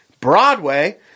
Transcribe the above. Broadway